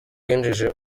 yinjiye